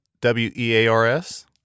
W-E-A-R-S